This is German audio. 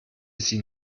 sie